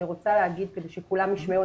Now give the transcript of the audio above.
אני רוצה להגיד כדי שכולם ישמעו,